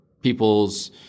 people's